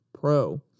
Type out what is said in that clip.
pro